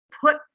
put